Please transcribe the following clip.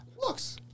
looks